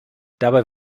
dabei